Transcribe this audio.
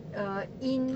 uh in